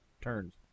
turns